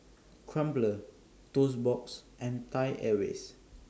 Crumpler Toast Box and Thai Airways